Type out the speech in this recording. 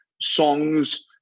songs